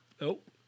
Nope